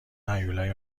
هیولای